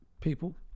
people